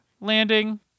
landing